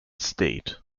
state